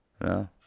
no